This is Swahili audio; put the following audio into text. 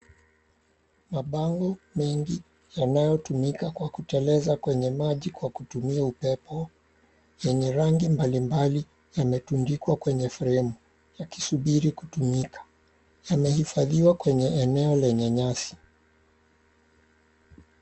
Mabango mengi yanayotumika kwa kuteleza kwenye maji kwa kutumia upepo, yenye rangi mbalimbali yametundikwa kwenye fremu yakisubiri kutumika. Yamehifadhiwa kwenye eneo lenye nyasi.